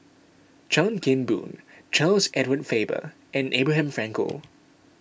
Chan Kim Boon Charles Edward Faber and Abraham Frankel